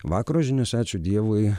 vakaro žiniose ačiū dievui